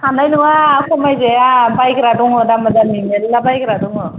हानाय नङा खमायजाया बायग्रा दङ दामा दामि मेरला बायग्रा दङ